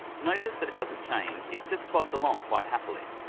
notice that it doesn't change, it just plugs along quite happily.